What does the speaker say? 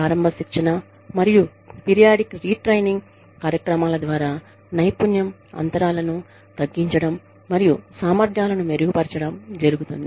ప్రారంభ శిక్షణ మరియు పీరియాడిక్ రీ ట్రైనింగ్ కార్యక్రమాల ద్వారా నైపుణ్యం అంతరాలను తగ్గించడం మరియు సామర్థ్యాలను మెరుగుపరచడం జరుగుతుంది